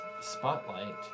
spotlight